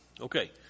Okay